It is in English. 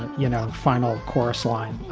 you know, final chorus line,